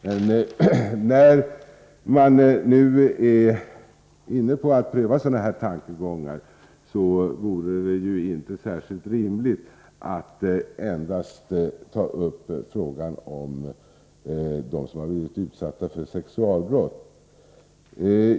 Men när man nu är inne på att pröva sådana här tankegångar är det inte särskilt rimligt att endast ta upp frågan om dem som blivit utsatta för sexualbrott.